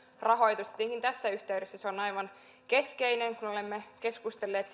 rahoitusta tietenkin tässä yhteydessä se on aivan keskeinen kun olemme keskustelleet